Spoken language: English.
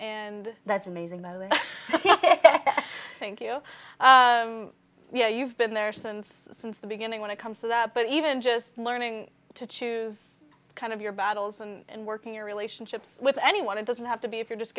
and that's amazing thank you you know you've been there since since the beginning when it comes to that but even just learning to choose kind of your battles and working your relationships with anyone it doesn't have to be if you're just